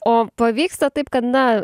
o pavyksta taip kad na